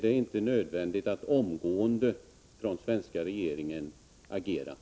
Det är inte nödvändigt att den svenska regeringen omgående agerar.